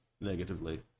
negatively